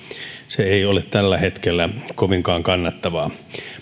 se ei ole tällä hetkellä kovinkaan kannattavaa